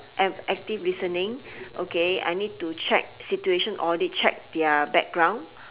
and active listening okay I need to check situation or to check their background